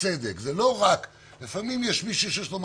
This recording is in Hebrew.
אלא מהעיניים של זה,